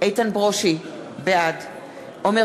איתן ברושי, בעד